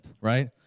right